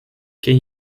ken